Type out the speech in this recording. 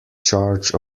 charge